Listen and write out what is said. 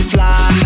Fly